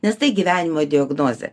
nes tai gyvenimo diagnozė